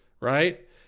right